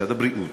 משרד הבריאות,